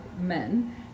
men